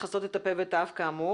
לכסות את הפה ואת האף כאמור,